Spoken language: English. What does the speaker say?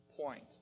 point